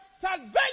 Salvation